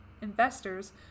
investors